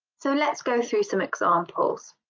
so let's go through some examples,